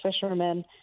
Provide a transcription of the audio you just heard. fishermen